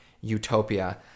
utopia